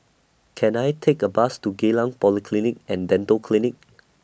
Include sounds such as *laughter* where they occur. Can I Take A Bus to Geylang Polyclinic and Dental Clinic *noise*